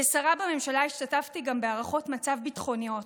כשרה בממשלה השתתפתי גם בהערכות מצב ביטחוניות.